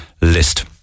list